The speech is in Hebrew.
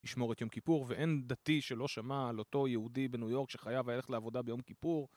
לשמור את יום כיפור ואין דתי שלא שמע על אותו יהודי בניו יורק שחייב היה ללכת לעבודה ביום כיפור